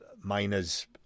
miners